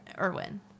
Irwin